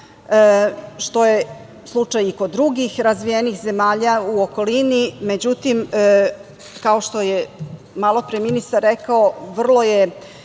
što je slučaj i kod drugih razvijenih zemalja u okruženju. Međutim, kao što je malopre ministar rekao, vrlo je